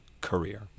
career